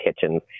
kitchens